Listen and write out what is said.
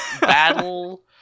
battle